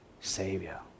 Savior